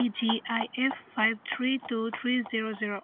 E G I F five three two three zero zero